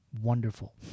wonderful